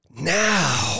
Now